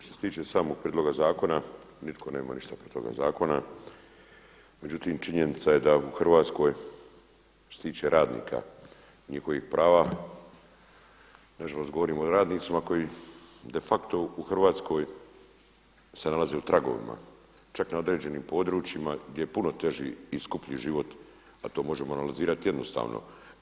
Što se tiče samog prijedloga zakona nitko nema ništa protiv toga zakona, međutim činjenica je da u Hrvatskoj što se tiče radnika i njihovih prava nažalost govorimo o radnicima koji de facto u Hrvatskoj se nalaze u tragovima, čak na određenim područjima gdje je puno teži i skuplji život, a to možemo analizirati jednostavno.